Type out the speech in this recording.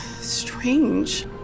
strange